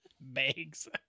Bags